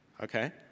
Okay